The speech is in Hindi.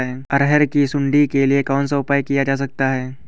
अरहर की सुंडी के लिए कौन सा उपाय किया जा सकता है?